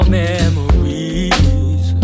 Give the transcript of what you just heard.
memories